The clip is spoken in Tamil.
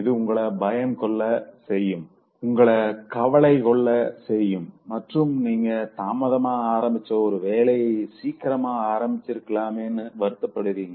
இது உங்கள பயம் கொள்ள செய்யும் உங்கள கவலை கொள்ள செய்யும் மற்றும் நீங்க தாமதமா ஆரம்பிச்ச ஒரு வேலையை சீக்கிரமே ஆரம்பித்திருக்கலாமேனு வருத்தப்படுவீங்க